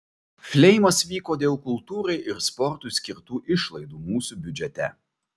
fleimas vyko dėl kultūrai ir sportui skirtų išlaidų mūsų biudžete